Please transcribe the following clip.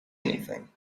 anything